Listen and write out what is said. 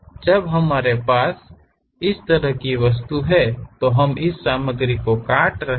जब हमारे पास इस तरह की वस्तु है तो हम इस सामग्री को काट रहे हैं